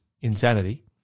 insanity